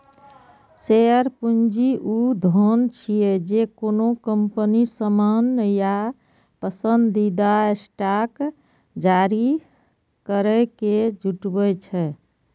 share पूंजी ऊ धन छियै, जे कोनो कंपनी सामान्य या पसंदीदा स्टॉक जारी करैके जुटबै छै